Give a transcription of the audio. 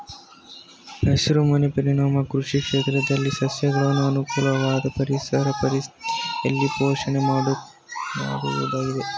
ಹಸಿರುಮನೆ ಪರಿಣಾಮ ಕೃಷಿ ಕ್ಷೇತ್ರದಲ್ಲಿ ಸಸ್ಯಗಳನ್ನು ಅನುಕೂಲವಾದ ಪರಿಸರದ ಪರಿಸ್ಥಿತಿಯಲ್ಲಿ ಪೋಷಣೆ ಮಾಡುವುದಾಗಿದೆ